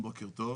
בוקר טוב.